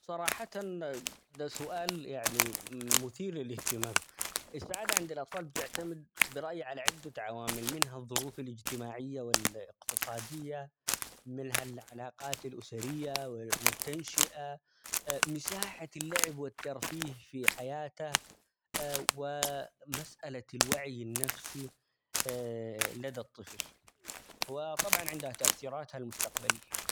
صراحةً ده سؤال يعني -م-مثير للاهتمام ، السعادة عند الأطفال بتعتمد برأيي على عدة عوامل منها الظروف الاجتماعية ،والاقتصادية ، منها العلاقات الأسرية ،-وال-والتنشئة مساحة اللعب والترفيه في حياته ومسألة الوعي النفسي لدى الطفل وطبعا عندها تأثيراتها المستقبلية.